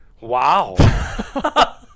Wow